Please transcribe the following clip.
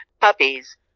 puppies